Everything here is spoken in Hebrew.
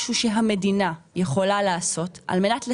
אנחנו לא נגד לעזור לאנשים,